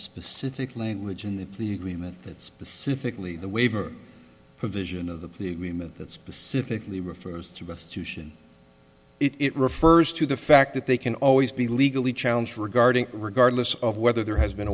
specific language in the remit that specifically the waiver provision of the plea agreement that specifically refers to best solution it refers to the fact that they can always be legally challenged regarding regardless of whether there has been